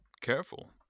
careful